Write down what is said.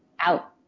out